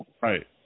Right